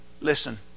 Listen